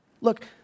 Look